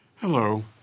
Hello